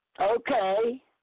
Okay